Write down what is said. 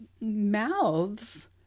mouths